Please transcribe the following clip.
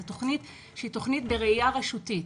זו תוכנית שהיא בראייה רשותית,